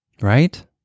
right